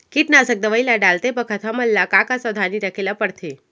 कीटनाशक दवई ल डालते बखत हमन ल का का सावधानी रखें ल पड़थे?